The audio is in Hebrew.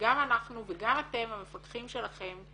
גם אנחנו וגם אתם, המפקחים שלכם,